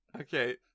Okay